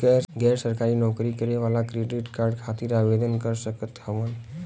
गैर सरकारी नौकरी करें वाला क्रेडिट कार्ड खातिर आवेदन कर सकत हवन?